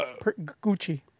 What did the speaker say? Gucci